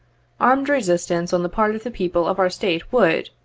armed resistance on the part of the people of our state would,